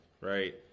right